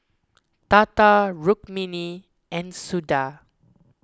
Tata Rukmini and Suda